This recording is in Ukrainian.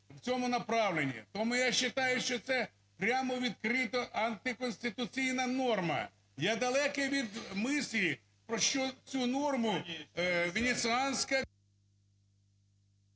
в цьому направленні. Тому ясчитаю, що це прямо відкрито антиконституційна норма. Я далекий від мислі, про що цю норму Венеціанська…